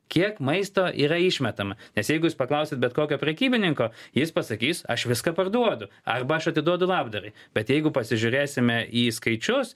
kiek maisto yra išmetama nes jeigu jūs paklausit bet kokio prekybininko jis pasakys aš viską parduodu arba aš atiduodu labdarai bet jeigu pasižiūrėsime į skaičius